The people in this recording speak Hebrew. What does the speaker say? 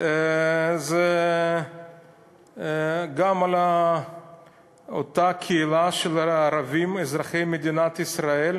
אליו הוא גם לאותה קהילה של ערבים אזרחי מדינת ישראל,